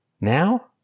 now